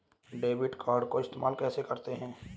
Debit card को इस्तेमाल कैसे करते हैं?